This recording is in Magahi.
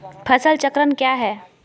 फसल चक्रण क्या है?